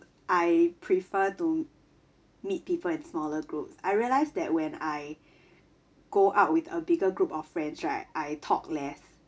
I prefer to meet people in smaller groups I realise that when I go out with a bigger group of friends right I talk less